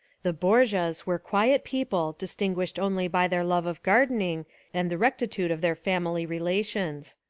the borgias were quiet people dis tinguished only by their love of gardening and the rectitude of their family relations.